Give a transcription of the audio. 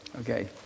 Okay